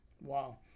Wow